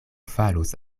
falos